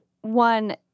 one